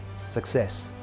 Success